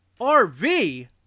RV